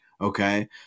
okay